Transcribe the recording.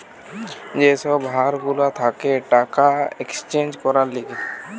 যে সব হার গুলা থাকে টাকা এক্সচেঞ্জ করবার লিগে